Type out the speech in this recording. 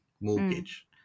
mortgage